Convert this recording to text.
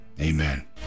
amen